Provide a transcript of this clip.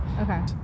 Okay